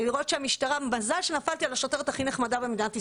מזל שנפלתי על השוטרת הכי נחמדה במדינת ישראל,